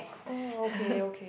oh okay okay